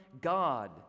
God